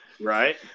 Right